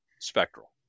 spectral